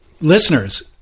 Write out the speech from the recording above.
listeners